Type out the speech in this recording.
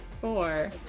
four